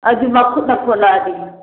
ꯑꯗꯨ ꯃꯈꯨꯠꯅ ꯈꯣꯠꯂꯛꯑꯗꯤ